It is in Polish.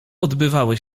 odbywały